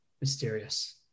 mysterious